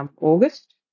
August